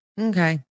Okay